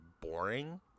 boring